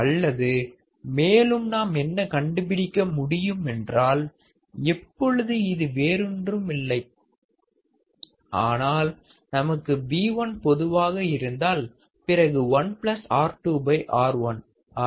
அல்லது மேலும் நாம் என்ன கண்டுபிடிக்க முடியும் என்றால் எப்பொழுது இது வேறொன்றுமில்லை ஆனால் நமக்கு V1 பொதுவாக இருந்தால் பிறகு 1 R2 R1